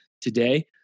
today